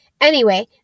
Anyway